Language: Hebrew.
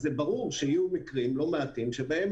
אז זה ברור שיהיו מקרים לא מעטים שבהם